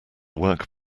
work